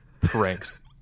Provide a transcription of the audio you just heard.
pranks